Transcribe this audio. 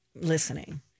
listening